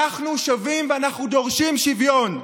אנחנו שווים ואנחנו דורשים שוויון.